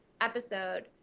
episode